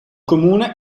comune